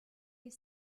des